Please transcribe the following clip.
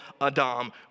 Adam